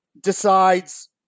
decides